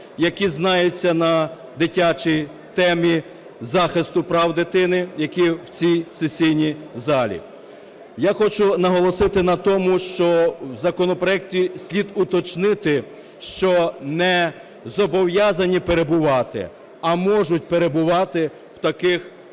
які знаються на дитячій темі захисту прав дитини, які в цій сесійній залі. Я хочу наголосити на тому, що в законопроекті слід уточнити, що не зобов'язані перебувати, а можуть перебувати в таких